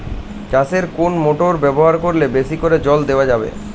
চাষে কোন মোটর ব্যবহার করলে বেশী করে জল দেওয়া যাবে?